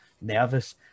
nervous